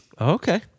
Okay